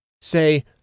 Say